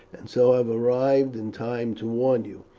and so have arrived in time to warn you.